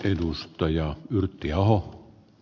edustaja lygia o